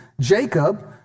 Jacob